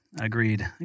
Agreed